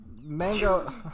mango